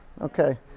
Okay